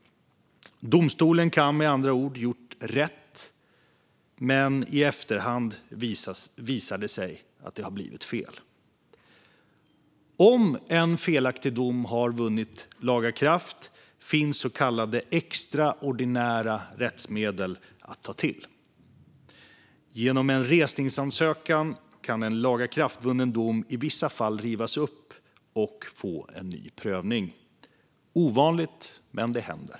Domstolen kan med andra ord ha gjort rätt, men i efterhand visar det sig att det har blivit fel. Om en felaktig dom har vunnit laga kraft finns så kallade extra ordinära rättsmedel att ta till. Genom en resningsansökan kan en lagakraftvunnen dom i vissa fall rivas upp och få en ny prövning. Det är ovanligt, men det händer.